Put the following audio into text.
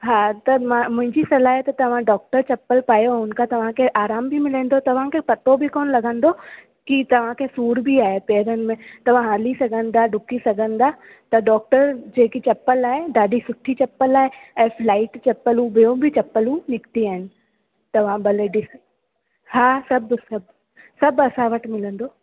हा त मां मुंहिंजी सलाह आहे त तव्हां डॉक्टर चपल पायो हुन खां तव्हांखे आरामु बि मिलंदो तव्हांखे पतो बि कोन लॻंदो की तव्हांखे सूर बि आहे पेरनि में तव्हां हली सघंदा डुकी सघंदा त डॉक्टर जेकी चपल आहे ॾाढी सुठी चपल आहे एस लाइट चपलूं ॿियूं बि चपलूं निकितियूं आहिनि तव्हां भले ॾिसो हा सभु सभु सभु असां वटि मिलंदो